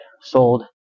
sold